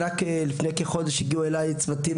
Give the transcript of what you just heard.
רק לפני כחודש, הגיעו אליי צוותים